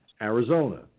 Arizona